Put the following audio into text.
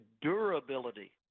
durability